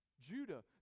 Judah